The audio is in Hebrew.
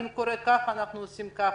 אם קורה כך אנחנו עושים ככה,